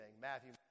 Matthew